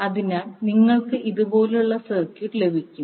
അതിനാൽ നിങ്ങൾക്ക് ഇതുപോലുള്ള സർക്യൂട്ട് ലഭിക്കും